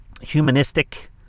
humanistic